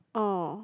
oh